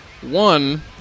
one